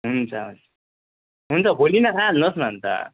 हुन्छ हुन्छ भोलि नै खाइहाल्नु होस् न अन्त